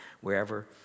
wherever